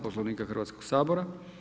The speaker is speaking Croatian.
Poslovnika Hrvatskog sabora.